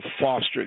foster